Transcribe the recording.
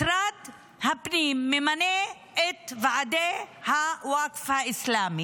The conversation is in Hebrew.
משרד הפנים ממנה את ועדי הווקף האסלאמי